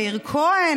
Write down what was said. מאיר כהן,